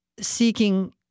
seeking